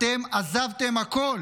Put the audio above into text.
אתם עזבתם הכול